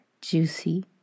juicy